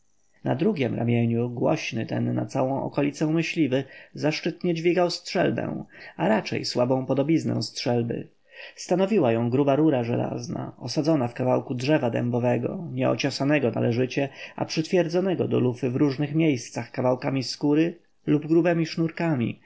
na drugiem ramieniu głośny ten na całą okolicę myśliwy zaszczytnie dźwigał strzelbę a raczej słabą podobiznę strzelby stanowiła ją gruba rura żelazna osadzona w kawałku drzewa dębowego nieociosanego należycie a przytwierdzonego do lufy w różnych miejscach kawałkami skóry lub grubemi sznurkami